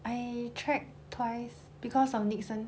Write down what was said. I tried twice because of nixon